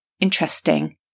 interesting